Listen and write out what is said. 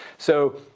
so